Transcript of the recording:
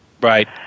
Right